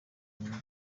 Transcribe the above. umwuga